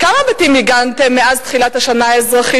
כמה בתים מיגנתם מאז תחילת השנה האזרחית,